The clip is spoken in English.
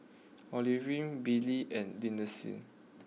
Olivine Billie and Lindsay